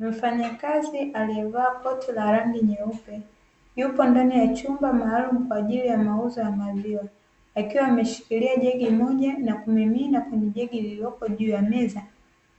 Mfanyakazi aliyevaa koti la rangi nyeupe yupo ndani ya chumba maalumu, kwa ajili ya mauzo ya maziwa akiwa ameshikilia jagi moja na kumimina kwenye jagi lililopo juu ya meza,